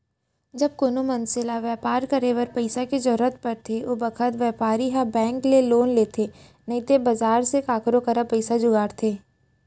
जब कोनों मनसे ल बैपार करे बर पइसा के जरूरत परथे ओ बखत बैपारी ह बेंक ले लोन लेथे नइतो बजार से काकरो करा पइसा जुगाड़थे